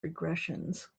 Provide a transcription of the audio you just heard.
regressions